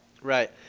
Right